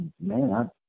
man